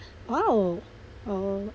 !wow! oh